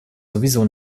sowieso